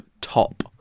top